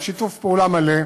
עם שיתוף פעולה מלא,